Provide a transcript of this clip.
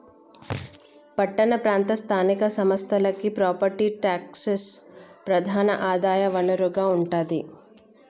పట్టణ ప్రాంత స్థానిక సంస్థలకి ప్రాపర్టీ ట్యాక్సే ప్రధాన ఆదాయ వనరుగా ఉంటాది